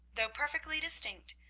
though perfectly distinct,